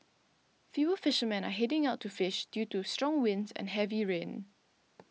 fewer fishermen are heading out to fish due to strong winds and heavy rain